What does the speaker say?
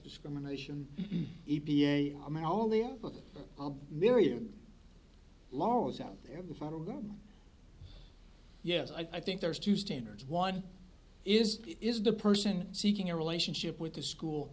discrimination e p a i'm all the myriad laws out there in the federal government yes i think there's two standards one is is the person seeking a relationship with the school